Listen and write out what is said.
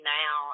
now